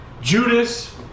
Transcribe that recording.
Judas